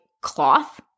cloth